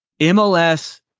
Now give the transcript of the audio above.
MLS